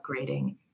upgrading